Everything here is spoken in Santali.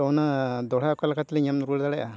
ᱛᱚ ᱚᱱᱟ ᱫᱚᱲᱦᱟ ᱚᱠᱟ ᱞᱮᱠᱟ ᱛᱮᱞᱤᱧ ᱧᱟᱢ ᱨᱩᱣᱟᱹᱲ ᱫᱟᱲᱮᱭᱟᱜᱼᱟ